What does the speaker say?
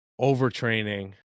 overtraining